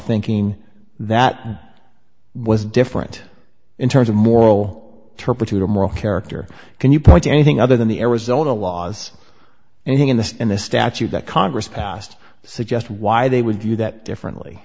thinking that was different in terms of moral turpitude or moral character can you point to anything other than the arizona laws anything in this in this statute that congress passed suggest why they would do that differently